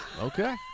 okay